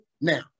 Now